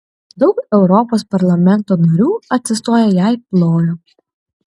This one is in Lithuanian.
daug europos parlamento narių atsistoję jai plojo